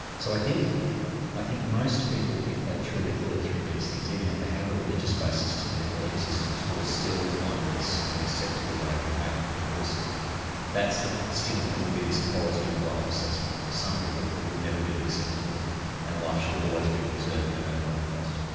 so i think i think most people, if they truly thought through these things, even if they have a religious basis to their belief systems, will still find this an acceptable way of behaving, but of course that's the the sticking point, will be this quality of life assessment. for some people it will never be acceptable and life should always be preserved, no matter what the cost.